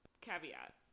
caveat